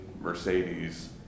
Mercedes